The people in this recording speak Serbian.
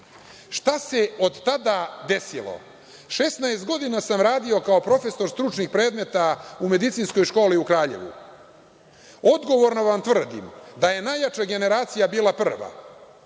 se od tada desilo? Šesnaest godina sam radio kao profesor stručnih predmeta u Medicinskoj školi u Kraljevu. Odgovorno vam tvrdim da je najjača generacija bila prva.